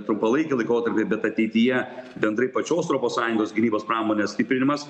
trumpalaikį laikotarpį bet ateityje bendrai pačios europos sąjungos gynybos pramonės stiprinimas